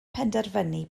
penderfynu